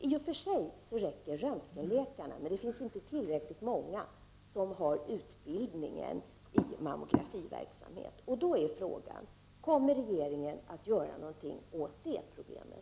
I och för sig räcker röntgenläkarna, men det finns inte tillräckligt många som är utbildade i mammografiverksamhet. Då är frågan: Kommer regeringen att göra någonting åt det problemet?